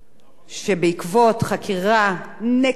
שבעקבות חקירה נקייה,